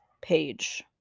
page